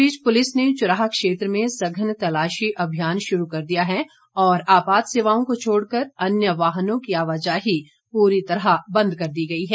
इस बीच पुलिस ने चुराह क्षेत्र में सघन तलाशी अभियान शुरू कर दिया है और आपात सेवाओं को छोड़कर अन्य वाहनों की आवाजाही पूरी तरह बंद कर दी गई है